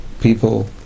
people